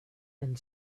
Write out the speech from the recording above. and